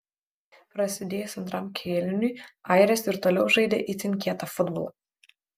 prasidėjus antram kėliniui airės ir toliau žaidė itin kietą futbolą